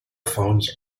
phones